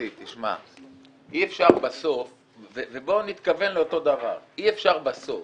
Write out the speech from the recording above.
דודי, תשמע, בוא נתכוון לאותו דבר, אי אפשר בסוף